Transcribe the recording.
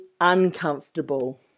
uncomfortable